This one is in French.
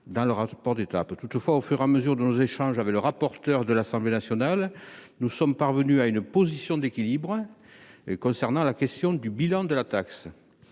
introduite. Toutefois, au fur et à mesure de nos échanges avec le rapporteur de l'Assemblée nationale, nous sommes parvenus à une position d'équilibre concernant la question du bilan de la taxe.